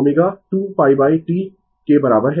ω 2 π T के बराबर है